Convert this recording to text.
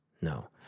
No